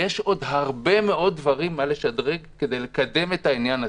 יש עוד הרבה מאוד דברים מה לשדרג כדי לקדם את העניין הזה.